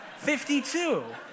52